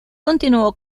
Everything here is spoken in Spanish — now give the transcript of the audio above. continuó